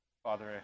Father